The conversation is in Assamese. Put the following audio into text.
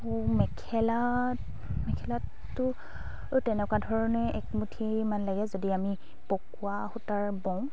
মেখেলাত মেখেলাতো তেনেকুৱা ধৰণে একমুঠি ইমান লাগে যদি আমি পকোৱা সূতাৰ বওঁ